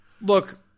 look